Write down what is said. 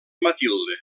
matilde